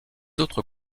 autres